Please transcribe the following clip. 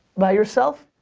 but yourself.